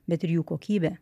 bet ir jų kokybė